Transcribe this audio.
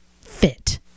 fit